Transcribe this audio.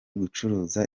gucuruza